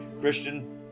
Christian